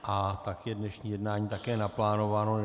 A tak je dnešní jednání také naplánováno.